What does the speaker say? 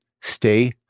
stay